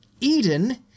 Eden